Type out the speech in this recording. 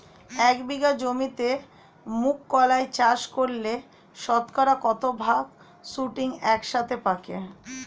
এক বিঘা জমিতে মুঘ কলাই চাষ করলে শতকরা কত ভাগ শুটিং একসাথে পাকে?